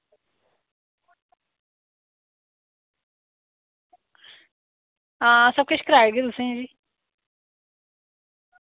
आं सब किश कराई देगे तुसें ई भी